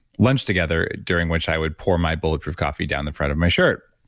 lunch together during which i would pour my bulletproof coffee down the front of my shirt.